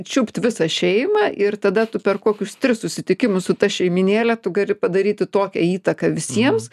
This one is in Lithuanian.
čiupt visą šeimą ir tada tu per kokius tris susitikimus su ta šeimynėle tu gali padaryti tokią įtaką visiems